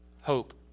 hope